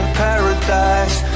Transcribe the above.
paradise